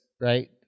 right